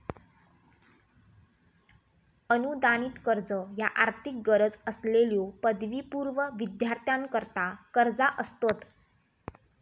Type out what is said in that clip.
अनुदानित कर्ज ह्या आर्थिक गरज असलेल्यो पदवीपूर्व विद्यार्थ्यांकरता कर्जा असतत